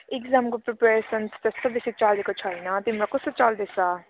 इक्जामको preparation त्यस्तो बेसी चलेको छैन तिम्रो कस्तो चल्दैछ